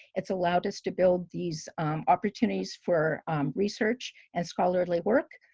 it's allowed us to build these opportunities for research and scholarly work